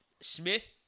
Smith